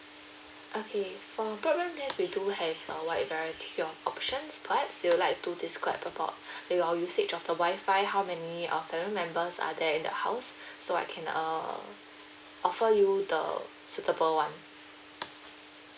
okay for broadband plans we do have a wide variety of options perhaps you would like to describe about your usage of the wi-fi how many uh family members are there in your house so I can um offer you the suitable one